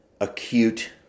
acute